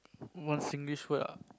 one Singlish word ah